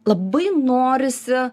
labai norisi